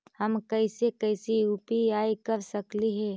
हम कैसे कैसे यु.पी.आई कर सकली हे?